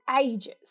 ages